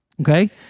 Okay